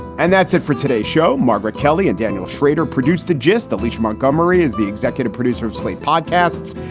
and that's it for today show, margaret kelly and daniel shrader produced the gist, the lisa montgomery is the executive producer of slate podcasts.